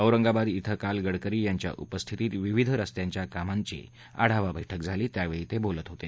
औरंगाबाद इथं काल गडकरी यांच्या उपस्थितीत विविध रस्त्यांच्या कामांची आढावा बस्कि झाली त्यावेळी ते बोलत होते